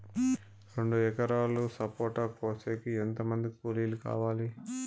రెండు ఎకరాలు సపోట కోసేకి ఎంత మంది కూలీలు కావాలి?